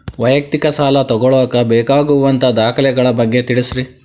ವೈಯಕ್ತಿಕ ಸಾಲ ತಗೋಳಾಕ ಬೇಕಾಗುವಂಥ ದಾಖಲೆಗಳ ಬಗ್ಗೆ ತಿಳಸ್ರಿ